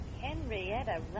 Henrietta